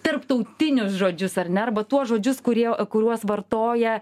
tarptautinius žodžius ar ne arba tuos žodžius kurie kuriuos vartoja